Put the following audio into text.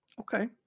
Okay